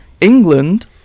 England